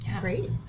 Great